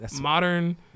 modern